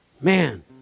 Man